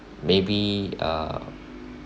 maybe uh